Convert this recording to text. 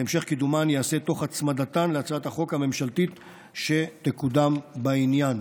והמשך קידומן ייעשה תוך הצמדתן להצעת החוק הממשלתית שתקודם בעניין.